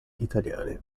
italiane